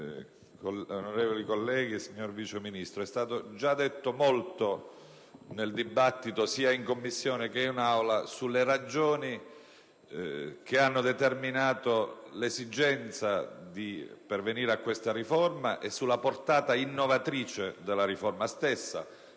Presidente, onorevoli colleghi, signor Vice Ministro, è stato già detto molto nel dibattito che si è svolto sia in Commissione che in Aula sulle ragioni che hanno determinato l'esigenza di pervenire a questa riforma e sulla portata innovatrice della stessa.